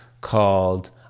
called